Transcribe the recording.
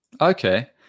Okay